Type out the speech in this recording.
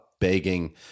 begging